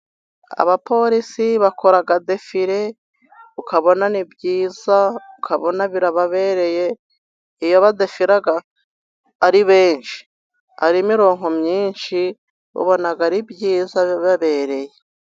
Abaporisi bakora defire ukabona ni byiza ukabona birababereye. Iyo badefira ari bensh,i ari imirongo myinshi ubona ari byiza bibabereye.